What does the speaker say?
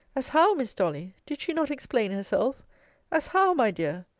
as how, miss dolly did she not explain herself as how, my dear?